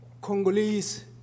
Congolese